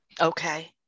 Okay